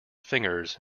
fingers